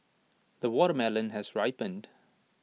the watermelon has ripened